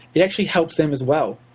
it actually helps them as well.